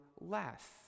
less